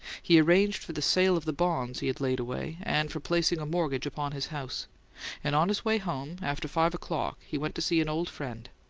he arranged for the sale of the bonds he had laid away, and for placing a mortgage upon his house and on his way home, after five o'clock, he went to see an old friend,